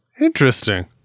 Interesting